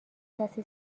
کسی